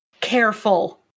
careful